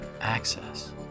access